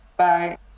Bye